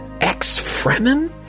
ex-Fremen